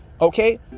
Okay